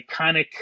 iconic